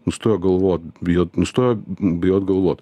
nustojo galvot bijot nustojo bijot galvot